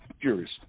curious